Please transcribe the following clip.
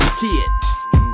kids